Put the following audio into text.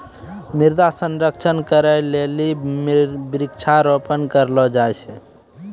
मृदा संरक्षण करै लेली वृक्षारोपण करलो जाय छै